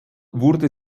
wurde